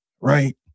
right